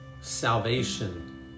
salvation